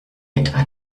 etwa